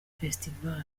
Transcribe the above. festival